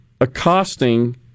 accosting